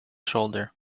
shoulder